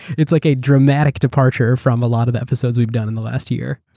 it's like a dramatic departure from a lot of episodes we've done in the last year.